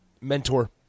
Mentor